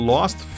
Lost